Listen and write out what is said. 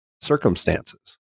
circumstances